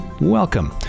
welcome